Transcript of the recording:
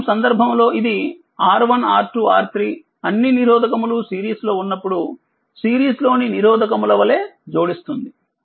ప్రేరక సందర్భంలో ఇది R1 R2 R3 అన్ని నిరోధకములు సిరీస్లో ఉన్నప్పుడు సిరీస్లోని నిరోధకముల వలె జోడిస్తుంది